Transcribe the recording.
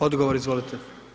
Odgovor, izvolite.